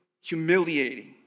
Humiliating